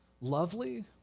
Lovely